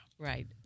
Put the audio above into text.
Right